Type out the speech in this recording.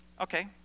Okay